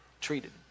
treated